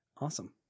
Awesome